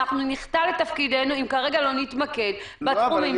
נחטא לתפקידנו אם לא נתמקד כרגע בתחומים